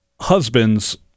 Husbands